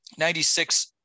96